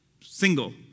single